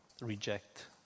reject